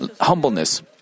humbleness